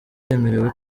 yemerewe